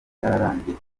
byararangiye